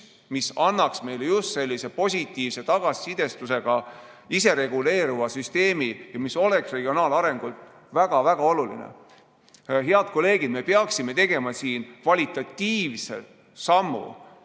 mis annaks meile just sellise positiivse tagasisidestusega isereguleeruva süsteemi, mis oleks regionaalarengus väga-väga oluline. Head kolleegid! Me peaksime tegema siin kvalitatiivse sammu,